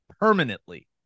permanently